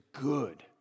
good